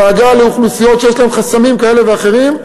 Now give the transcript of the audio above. דאגה לאוכלוסיות שיש להן חסמים כאלה ואחרים.